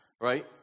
Right